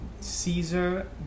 Caesar